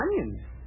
onions